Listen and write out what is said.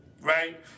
right